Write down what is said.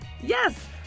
Yes